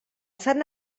sant